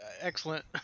excellent